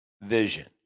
vision